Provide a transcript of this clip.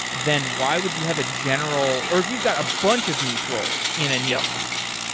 then why would you have a general or if you've got a bunch of niche roles in a niche company,